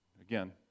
Again